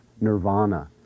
nirvana